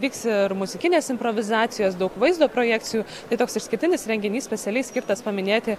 vyks ir muzikinės improvizacijos daug vaizdo projekcijų tai toks išskirtinis renginys specialiai skirtas paminėti